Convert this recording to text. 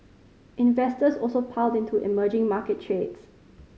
investors also piled into emerging market trades